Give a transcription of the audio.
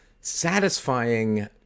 satisfying